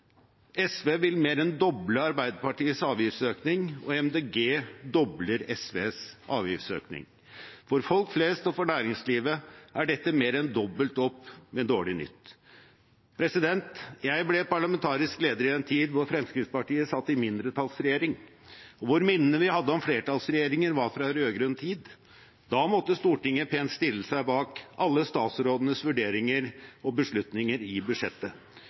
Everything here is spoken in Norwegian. SV vil mer enn doble Arbeiderpartiets avgiftsøkning, og Miljøpartiet De Grønne dobler SVs avgiftsøkning. For folk flest og for næringslivet er dette mer enn dobbelt opp med dårlig nytt. Jeg ble parlamentarisk leder i en tid da Fremskrittspartiet satt i mindretallsregjering, og da minnene vi hadde om flertallsregjeringer, var fra rød-grønn tid. Da måtte Stortinget pent stille seg bak alle statsrådenes vurderinger og beslutninger i budsjettet.